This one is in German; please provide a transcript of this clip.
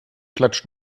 klatscht